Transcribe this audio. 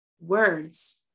words